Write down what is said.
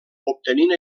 obtenint